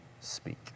speak